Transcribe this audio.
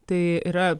tai yra